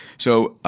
so,